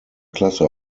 klasse